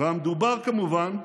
ומדובר, כמובן,